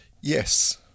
Yes